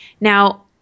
Now